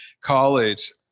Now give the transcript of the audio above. college